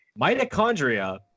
Mitochondria